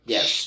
Yes